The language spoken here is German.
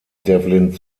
devlin